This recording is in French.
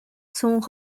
sont